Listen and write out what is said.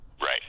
Right